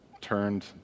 turned